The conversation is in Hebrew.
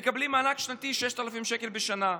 הם מקבלים מענק שנתי של 6,000 שקל בשנה.